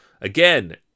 Again